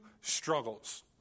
struggles